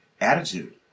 attitude